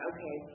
Okay